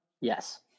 Yes